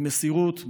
במסירות,